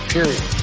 Period